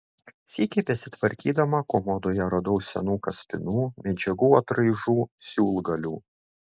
sykį besitvarkydama komodoje radau senų kaspinų medžiagų atraižų siūlgalių